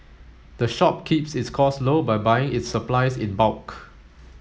the shop keeps its costs low by buying its supplies in bulk